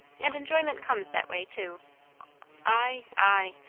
and enjoyment comes that way, too ay, ay!